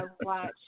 watch